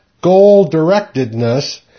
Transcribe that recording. goal-directedness